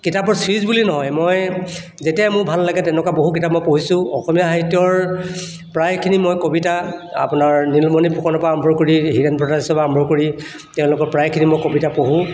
কিতাপবোৰ চিৰিজ বুলি নহয় মই যেতিয়াই মোৰ ভাল লাগে তেনেকুৱা বহু কিতাপ মই পঢ়িছোঁ অসমীয়া সাহিত্যৰ প্ৰায়খিনি মই কবিতা আপোনাৰ নীলমণি ফুকনৰপৰা আৰম্ভ কৰি হীৰেণ ভট্টাচাৰ্যৰপৰা আৰম্ভ কৰি তেওঁলোকৰ প্ৰায়খিনি মই কবিতা পঢ়োঁ